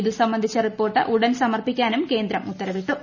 ഇതു സംബന്ധിച്ച റിപ്പോർട്ട് ഉടൻ സമർപ്പിക്കാനും കേന്ദ്രം ഉത്തരവിട്ടു